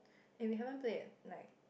eh we haven't played yet like